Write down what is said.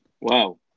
Wow